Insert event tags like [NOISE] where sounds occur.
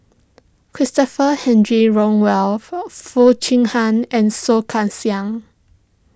Christopher [UNINTELLIGIBLE] Rothwell Foo Chee Han and Soh Kay Siang